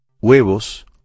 Huevos